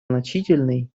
значительной